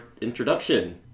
introduction